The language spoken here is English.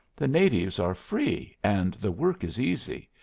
the natives are free and the work is easy.